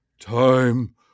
time